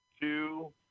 two